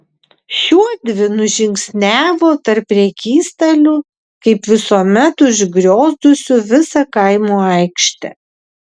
šiuodvi nužingsniavo tarp prekystalių kaip visuomet užgriozdusių visą kaimo aikštę